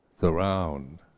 surround